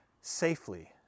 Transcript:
safely